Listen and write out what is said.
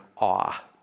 awe